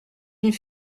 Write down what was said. une